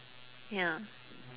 ya